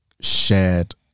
shared